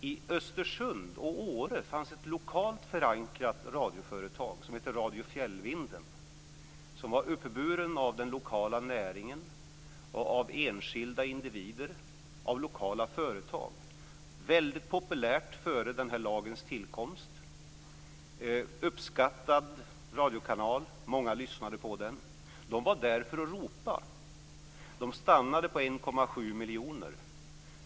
I Östersund och Åre fanns ett lokalt förankrat radioföretag som hette Radio Fjällvinden som var uppburen av den lokala näringen, av enskilda individer och av lokala företag. Det var väldigt populärt före lokalradiolagens tillkomst. Det var en uppskattad radiokanal, och många lyssnade på den. Det företaget var där för att ropa. Det stannade på 1,7 miljoner.